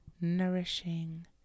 nourishing